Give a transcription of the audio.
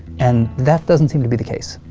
and that doesn't seem to be the case,